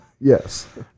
yes